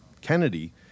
Kennedy